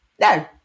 no